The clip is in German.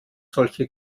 solche